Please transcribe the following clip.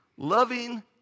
Loving